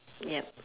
yup